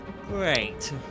Great